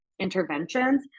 interventions